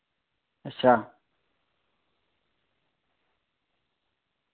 अच्छा